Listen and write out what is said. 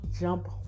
jump